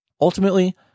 Ultimately